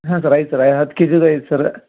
ಹಾಂ ಸರ್ ಐತೆ ಸರ ಹತ್ತು ಕೆ ಜಿದು ಐತೆ ಸರ